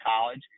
college